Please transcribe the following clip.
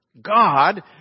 God